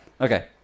Okay